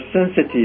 sensitive